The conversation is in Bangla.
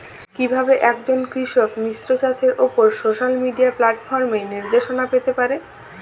কিভাবে একজন কৃষক মিশ্র চাষের উপর সোশ্যাল মিডিয়া প্ল্যাটফর্মে নির্দেশনা পেতে পারে?